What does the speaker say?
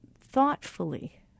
thoughtfully